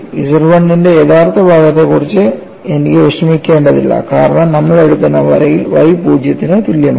Z 1 ന്റെ യഥാർത്ഥ ഭാഗത്തെക്കുറിച്ച് എനിക്ക് വിഷമിക്കേണ്ടതില്ല കാരണം നമ്മൾ എടുക്കുന്ന വരയിൽ y പൂജ്യത്തിനു തുല്യമാണ്